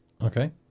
Okay